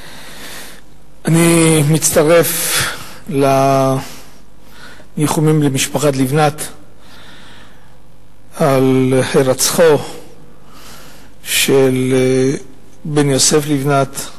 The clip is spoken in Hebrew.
אני מצטרף לניחומים למשפחת לבנת על הירצחו של בן יוסף לבנת,